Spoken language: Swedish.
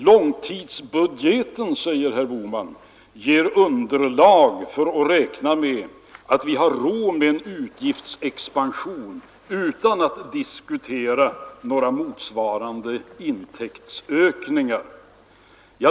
Långtidsbudgeten, säger herr Bohman, ger underlag för att räkna med att vi har råd med en utgiftsexpansion utan att diskutera några motsvarande intäktsökningar.